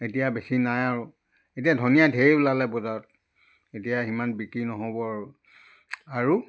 এতিয়া বেছি নাই আৰু এতিয়া ধনিয়া ধেৰ ওলালে বজাৰত এতিয়া সিমান বিক্ৰী নহ'ব আৰু আৰু